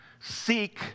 seek